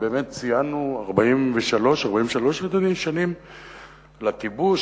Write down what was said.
ובאמת ציינו 43 שנים לכיבוש,